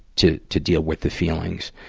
to, to deal with the feelings.